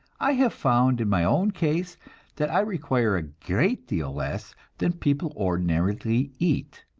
i have found in my own case that i require a great deal less than people ordinarily eat.